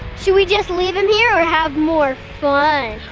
should we just leave him here, or have more fun!